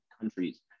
countries